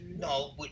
No